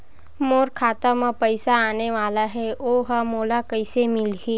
मोर खाता म पईसा आने वाला हे ओहा मोला कइसे मिलही?